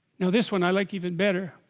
know this one i like even better